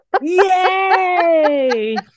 yay